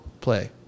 play